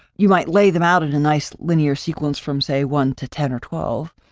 you might lay them out in a nice linear sequence from say one to ten or twelve.